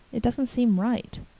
it doesn't seem right.